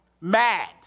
Mad